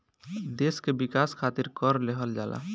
देस के विकास खारित कर लेहल जाला